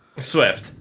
swift